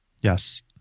Yes